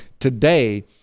today